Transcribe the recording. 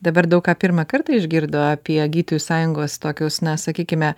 dabar daug ką pirmą kartą išgirdo apie gydytojų sąjungos tokius na sakykime